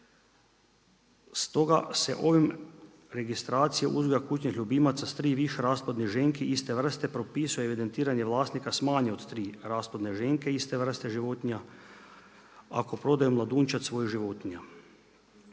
Stoga se ovom registracijom uzgoja kućnih ljubimaca s tri i više rasplodnih ženki iste vrste propisuje evidentiranje vlasnika s manje od tri rasplodne ženke iste vrste životinja ako prodaju mladunčad svih životinja.